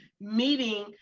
meeting